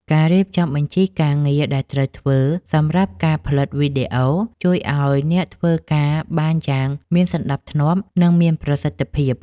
ការរៀបចំបញ្ជីការងារដែលត្រូវធ្វើ សម្រាប់ការផលិតវីដេអូ ជួយឱ្យអ្នកធ្វើការបានយ៉ាងមានសណ្ដាប់ធ្នាប់ និងមានប្រសិទ្ធភាព។